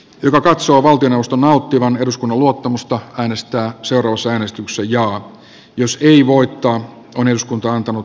hyvä katsoa valtioneuvoston nauttivan eduskunnan luottamusta äänestää seurusäänestyksen ja jos ei voittoon kun eduskunta on antanut